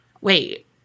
wait